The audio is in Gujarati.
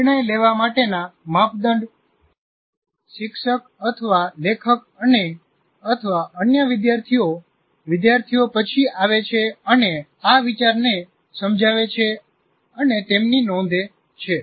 નિર્ણય લેવા માટેના માપદંડ શિક્ષક અથવા લેખક અનેઅથવા અન્ય વિદ્યાર્થીઓ વિદ્યાર્થીઓ પછી આવે છે અને આ વિચારને સમજાવે છે અને તેમની નોંધે છે